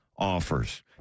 Offers